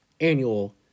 annual